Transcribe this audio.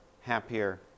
happier